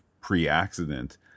pre-accident